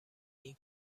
این